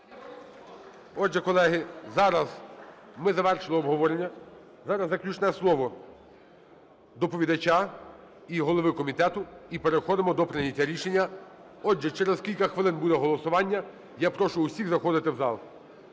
Отже, колеги, зараз ми завершили обговорення. Зараз заключне слово доповідача і голови комітету, і переходимо до прийняття рішення. Отже, через кілька хвилин буде голосування, я прошу усіх заходити у зал.